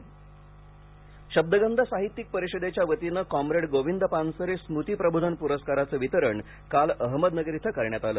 पुरस्कार शब्दगंध साहित्यिक परिषदेच्या वतीने कॉम्रेड गोविंद पानसरे स्मूती प्रबोधन पुरस्कारांचं वितरण काल अहमदनगर इथं करण्यात आलं